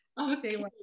okay